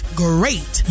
great